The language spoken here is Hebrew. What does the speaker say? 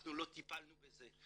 ואנחנו לא טיפלנו בזה.